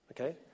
okay